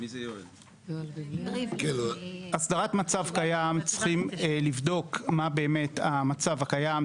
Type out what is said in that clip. לגבי הסדרת המצב הקיים צריכים לבדוק מה באמת המצב הקיים,